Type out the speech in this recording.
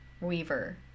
Weaver